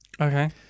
Okay